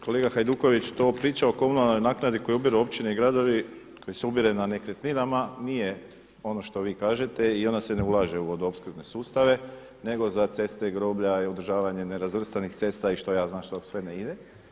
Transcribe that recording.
Kolega Hajduković, to ova priča o komunalnoj naknadi koju ubiru općine i gradovi koji se ubire na nekretninama nije ono što vi kažete i ona se ne ulaže u vodoopskrbne sustave nego za ceste i groblja i održavanje nerazvrstanih cesta i šta ja znam u šta sve ne ide.